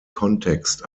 kontext